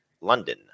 London